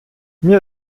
mir